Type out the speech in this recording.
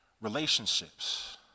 relationships